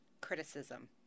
criticism